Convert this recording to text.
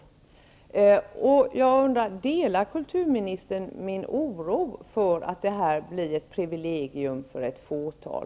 Delar kulturministern min oro för att kulturen blir ett privilegium för ett fåtal?